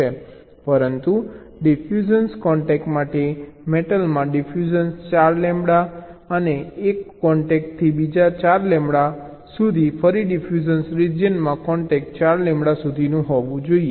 પરંતુ diffusion contact માટે મેટલમાં ડિફ્યુઝન 4 લેમ્બડા એક કોન્ટેકથી બીજા 4 લેમ્બડા સુધી ફરી ડિફ્યુઝન રીજીયનમાંથી કોન્ટેક 4 લેમ્બડા સુધી હોવું જોઈએ